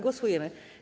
Głosujemy.